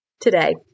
today